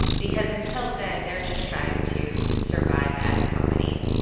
because until then they're just trying to survive as a company.